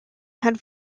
had